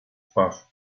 twarz